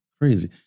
Crazy